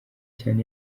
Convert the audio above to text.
cyane